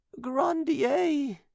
grandier